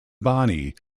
bani